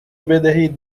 بدهید